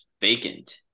vacant